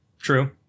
True